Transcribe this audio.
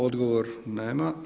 Odgovor nema.